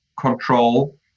control